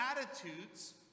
attitudes